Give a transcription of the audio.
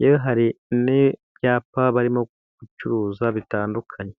yewe hari n'ibyapa barimo gucuruza bitandukanye.